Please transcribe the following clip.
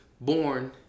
born